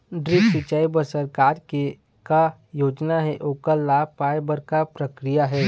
Drip सिचाई बर सरकार के का योजना हे ओकर लाभ पाय बर का प्रक्रिया हे?